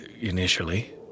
initially